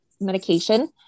medication